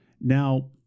now